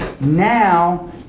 now